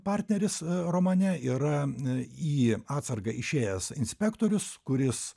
partneris romane yra į atsargą išėjęs inspektorius kuris